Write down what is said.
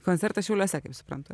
koncertas šiauliuose kaip suprantu